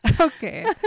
Okay